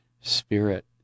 spirit